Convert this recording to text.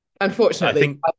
Unfortunately